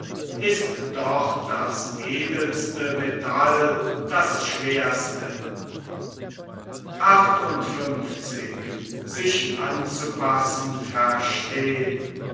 ist doch das edelste metall das schwerste